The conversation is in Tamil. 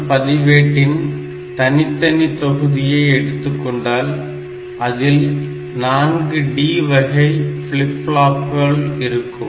ஒரு பதிவேட்டின் தனித்தனி தொகுதியை எடுத்துக்கொண்டால் அதில் நான்கு D வகை ஃப்லிப் பிளாக்ப்கள் இருக்கும்